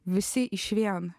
visi išvien